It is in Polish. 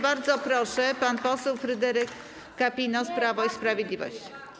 Bardzo proszę, pan poseł Fryderyk Kapinos, Prawo i Sprawiedliwość.